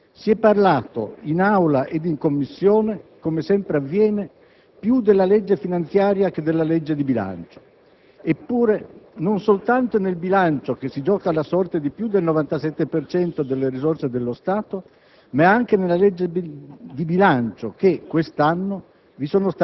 Si è parlato, in Aula e in Commissione, come sempre avviene, più della legge finanziaria che della legge di bilancio. Eppure, anche se nella finanziaria si gioca la sorte di più del 97 per cento delle risorse dello Stato, è nella legge di bilancio che quest'anno